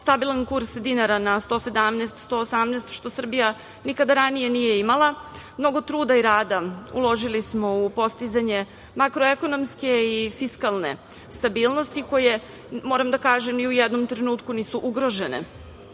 stabilan kurs dinara na 117, 118, što Srbija nikada ranije nije imala. Mnogo truda i rada uložili smo u postizanje makroekonomske i fiskalne stabilnosti, koje, moram da kažem, ni u jednom trenutku nisu ugrožene. Sve